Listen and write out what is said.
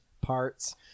parts